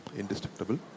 indestructible